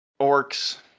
orcs